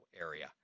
area